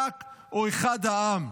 ח"כ או אחד העם.